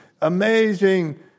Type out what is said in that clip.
amazing